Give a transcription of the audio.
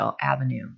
Avenue